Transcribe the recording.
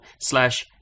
slash